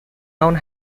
own